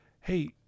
Hey